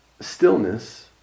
stillness